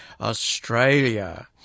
Australia